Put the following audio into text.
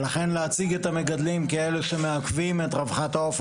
להציג את המגדלים כאלה שמעכבים את רווחת העוף,